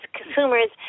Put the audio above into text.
consumers